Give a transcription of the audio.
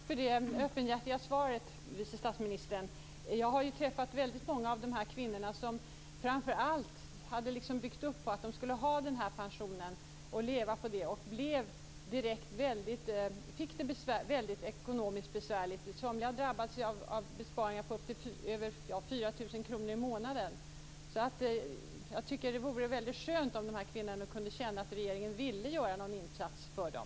Fru talman! Tack för det öppenhjärtiga svaret, vice statsministern. Jag har träffat väldigt många av de kvinnor som har sett fram emot att de skulle ha den här pensionen och leva på den. De fick det mycket besvärligt ekonomiskt. Somliga drabbades av besparingar på över 4 000 kr i månaden. Jag tycker att det vore mycket skönt om de här kvinnorna kunde känna att regeringen ville göra en insats för dem.